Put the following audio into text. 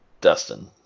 Dustin